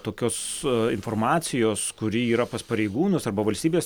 tokios informacijos kuri yra pas pareigūnus arba valstybės